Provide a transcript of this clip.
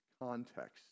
context